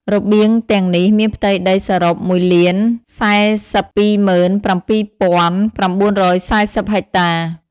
របៀងទាំងនេះមានផ្ទៃដីសរុប ១,៤២៧,៩៤០ ហិកតា។